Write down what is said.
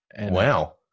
Wow